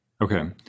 Okay